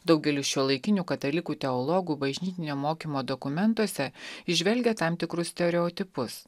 daugelis šiuolaikinių katalikų teologų bažnytinio mokymo dokumentuose įžvelgia tam tikrus stereotipus